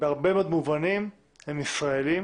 בהרבה מאוד מובנים הם ישראלים